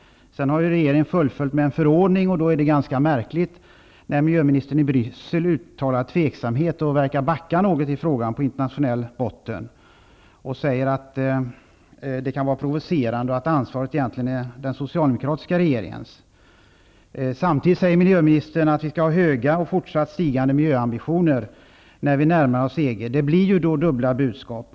Sedan utfärdade regeringen en förordning. Därför är det ganska märkligt att miljöministern i Bryssel uttalade tveksamhet och föreföll att backa i frågan på internatiionell botten. Han sade att det kunde vara provocerande och att ansvaret egentligen är den socialdemokratiska regeringens. Samtidigt säger miljöministern att vi skall ha höga och fortsatt stigande miljöambitioner när vi närmar oss EG. Det blir ju dubbla budskap.